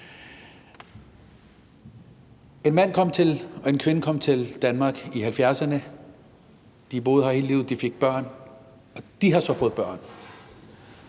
En mand og en kvinde kom til Danmark i 1970'erne; de har boet her siden dengang, de har fået børn,